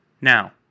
Now